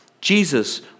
Jesus